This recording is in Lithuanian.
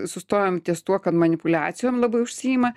sustojom ties tuo kad manipuliacijom labai užsiima